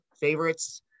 favorites